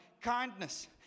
kindness